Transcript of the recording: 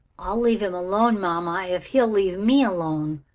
i'll leave him alone, mamma, if he'll leave me alone,